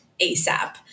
ASAP